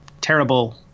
terrible